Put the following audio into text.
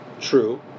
True